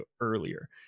earlier